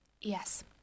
Yes